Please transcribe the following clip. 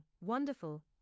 wonderful